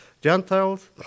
Gentiles